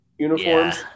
Uniforms